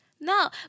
No